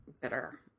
bitter